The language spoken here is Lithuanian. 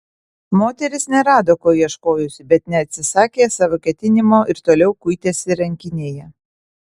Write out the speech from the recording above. moteris nerado ko ieškojusi bet neatsisakė savo ketinimo ir toliau kuitėsi rankinėje